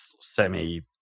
semi